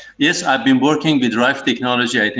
yes. i've been working with rife technology, i think,